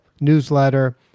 newsletter